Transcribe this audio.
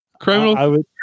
criminal